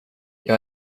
jag